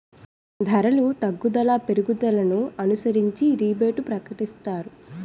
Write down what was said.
ధరలు తగ్గుదల పెరుగుదలను అనుసరించి రిబేటు ప్రకటిస్తారు